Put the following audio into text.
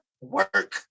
Work